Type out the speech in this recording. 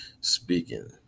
speaking